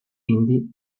indi